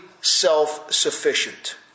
self-sufficient